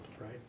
right